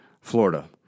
Florida